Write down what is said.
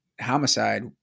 homicide